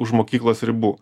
už mokyklos ribų